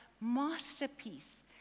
masterpiece